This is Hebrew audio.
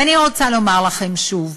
ואני רוצה לומר לכם שוב,